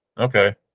Okay